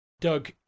Doug